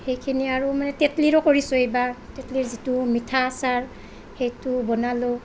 সেইখিনিয়ে আৰু মানে তেতলীৰো কৰিছোঁ এইবাৰ তেতলীৰ যিটো মিঠা আচাৰ সেইটো বনালোঁ